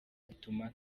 bituma